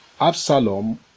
Absalom